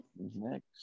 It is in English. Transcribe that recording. Next